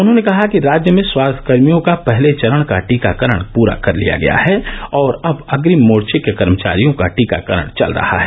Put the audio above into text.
उन्होंने कहा कि राज्य में स्वास्थ्यकर्मियों का पहले चरण का टीकाकरण पूरा कर लिया गया है और अब अग्रिम मोर्चे के कर्मचारियों का टीकाकरण चल रहा है